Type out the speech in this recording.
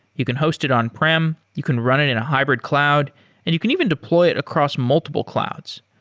you can host it on-prem, you can run it in a hybrid cloud and you can even deploy it across multiple clouds.